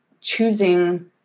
choosing